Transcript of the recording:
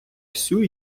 всю